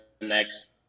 next